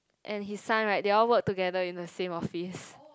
and his son right they all work together in the same office